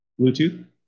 Bluetooth